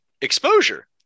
exposure